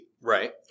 Right